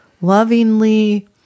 lovingly